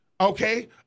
okay